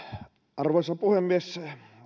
arvoisa puhemies